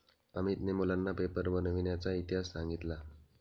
अमितने मुलांना पेपर बनविण्याचा इतिहास सांगितला